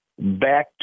back